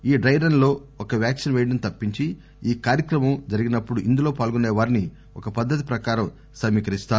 ఈ dry run లో ఒక్క వ్యాక్పిస్ పేయడం తప్పించి ఈ కార్యక్రమం జరిగినప్పుడు ఇందులో పాల్గొసేవారిని ఒక పద్దతి ప్రకారం సమీకరిస్తారు